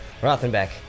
Rothenbeck